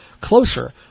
closer